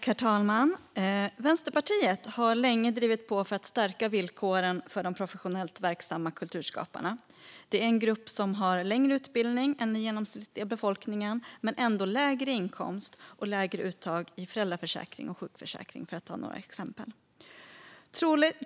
Herr talman! Vänsterpartiet har länge drivit på för att stärka villkoren för de professionellt verksamma kulturskaparna. Det är en grupp som har längre utbildning än den genomsnittliga befolkningen men ändå lägre inkomst och lägre uttag i föräldraförsäkring och sjukförsäkring, för att ta några exempel.